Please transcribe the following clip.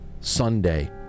Sunday